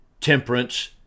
temperance